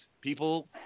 people